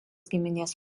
giminės